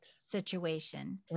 situation